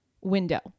window